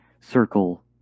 circle